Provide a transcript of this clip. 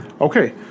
Okay